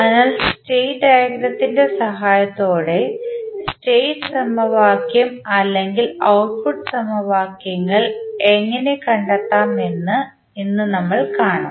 അതിനാൽ സ്റ്റേറ്റ് ഡയഗ്രാമിൻറെ സഹായത്തോടെ സ്റ്റേറ്റ് സമവാക്യം അല്ലെങ്കിൽ ഔട്ട്പുട്ട് സമവാക്യങ്ങൾ എങ്ങനെ കണ്ടെത്താം എന്ന് ഇന്ന് നമ്മൾ കാണും